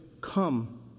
come